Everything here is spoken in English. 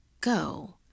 go